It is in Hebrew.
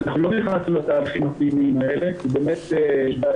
אנחנו לא נכנסנו לתהליכים הפנימיים האלה כי באמת יש בעיה